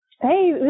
Hey